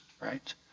right